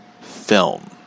film